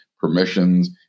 Permissions